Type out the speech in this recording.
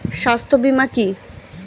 স্বাস্থ্য বীমা কি?